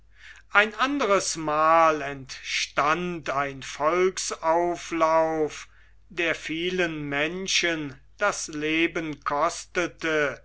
ein anderes mal entstand ein volksauflauf der vielen menschen das leben kostete